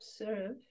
observe